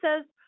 says